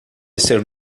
ser